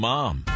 Mom